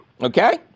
Okay